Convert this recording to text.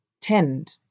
tend